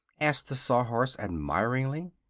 asked the sawhorse admiringly.